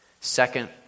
Second